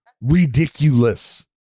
ridiculous